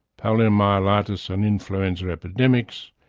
poliomyelitis and influenza epidemics,